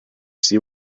see